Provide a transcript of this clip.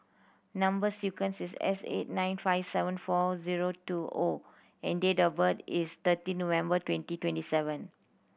number sequence is S eight nine five seven four zero two O and date of birth is thirty November twenty twenty seven